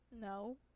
No